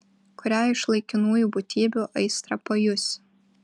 kuriai iš laikinųjų būtybių aistrą pajusi